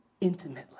intimately